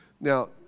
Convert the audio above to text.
Now